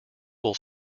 will